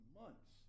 months